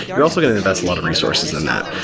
you're also going to invest a lot of resources in that.